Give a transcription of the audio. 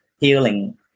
healing